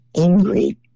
angry